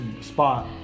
spot